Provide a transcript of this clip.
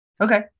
Okay